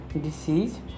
disease